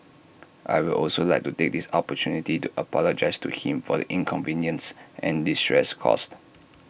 I will also like to take this opportunity to apologise to him for the inconveniences and distress caused